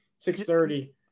630